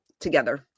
together